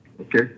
Okay